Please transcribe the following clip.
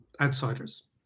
outsiders